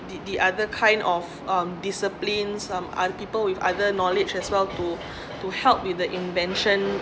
the the other kind of um disciplines some unpeople with other knowledge as well to to help with the invention